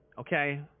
okay